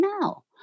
now